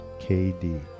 KD